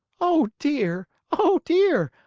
oh, dear! oh, dear!